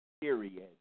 Period